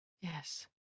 Yes